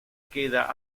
queda